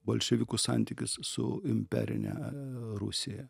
bolševikų santykis su imperine rusija